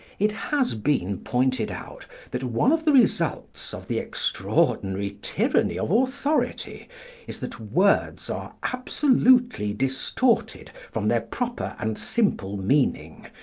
it has been pointed out that one of the results of the extraordinary tyranny of authority is that words are absolutely distorted from their proper and simple meaning,